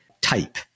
type